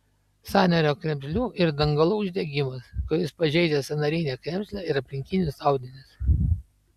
sąnario kremzlių ir dangalų uždegimas kuris pažeidžia sąnarinę kremzlę ir aplinkinius audinius